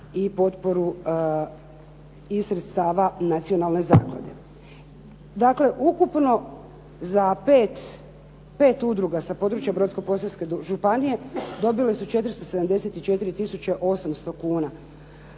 i potporu iz sredstava Nacionalne zaklade. Dakle, ukupno za 5 udruga sa područja Brodsko-posavske županije dobile su 474800 kuna.